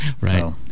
Right